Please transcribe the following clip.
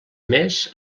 més